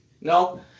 No